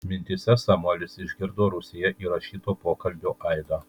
mintyse samuelis išgirdo rūsyje įrašyto pokalbio aidą